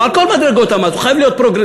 הוא על כל מדרגות המס, הוא חייב להיות פרוגרסיבי.